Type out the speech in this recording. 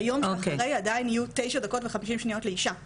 ביום שאחרי החתימה על ההסכם עדיין יהיו תשע דקות ו-50 שניות לאשה מוכה.